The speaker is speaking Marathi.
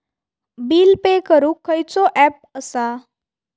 बिल पे करूक खैचो ऍप असा?